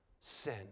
sin